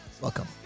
Welcome